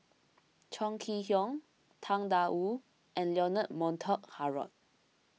Chong Kee Hiong Tang Da Wu and Leonard Montague Harrod